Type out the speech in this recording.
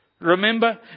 Remember